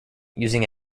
using